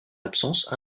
absence